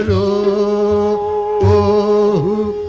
o